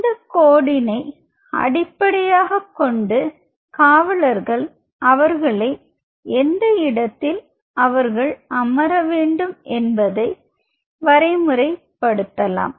அந்த கோட்டினை அடிப்படையாகக் கொண்டு காவலர்கள் அவர்களை எந்த இடத்தில் அவர்கள் அமர வேண்டும் என்பதை வரைமுறை படுத்தலாம்